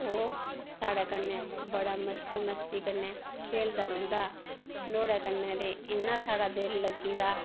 ओह् साढ़े कन्ने बडा मस्ती मस्ती कन्ने खेलदा रौहंदा नुआढ़े कन्ने इन्ना साढ़ा दिल लग्गी गेदा